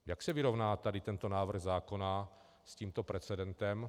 Jak se vyrovná tento návrh zákona s tímto precedentem?